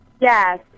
Yes